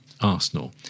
arsenal